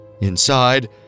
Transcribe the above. Inside